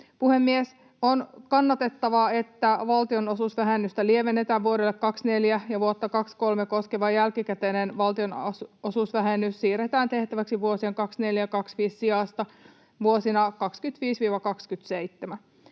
On kannatettavaa, että valtionosuusvähennystä lievennetään vuodelle 24 ja vuotta 23 koskeva jälkikäteinen valtionosuusvähennys siirretään tehtäväksi vuosien 24—25 sijasta vuosina 25—27.